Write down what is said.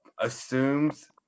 assumes –